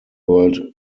world